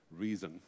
reason